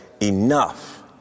Enough